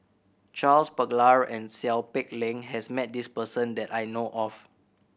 Charles Paglar and Seow Peck Leng has met this person that I know of